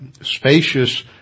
spacious